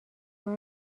کار